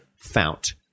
fount